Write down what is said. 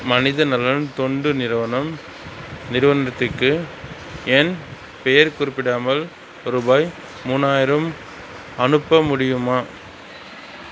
மனித நலன் தொண்டு நிறுவனம் நிறுவனத்துக்கு என் பெயர் குறிப்பிடாமல் ரூபாய் மூவாயிரம் அனுப்ப முடியுமா